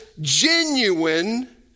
genuine